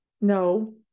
No